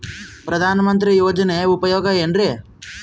ಪ್ರಧಾನಮಂತ್ರಿ ಯೋಜನೆ ಉಪಯೋಗ ಏನ್ರೀ?